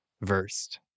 versed